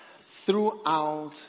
Throughout